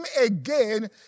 again